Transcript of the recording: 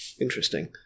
Interesting